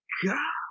god